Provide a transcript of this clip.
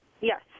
Yes